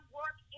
work